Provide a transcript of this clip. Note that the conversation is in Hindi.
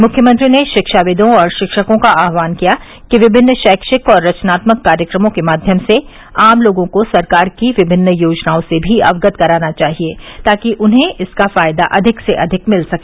मुख्यमंत्री ने शिक्षाविदो और शिक्षकों का आहवान किया कि विमिन्न शैक्षिक और रचनात्मक कार्यक्रमों के माध्यम से आम लोगों को सरकार की विभिन्न योजनाओं से भी अवगत कराना चाहिये ताकि उन्हें इसका फायदा अधिक से अधिक मिल सके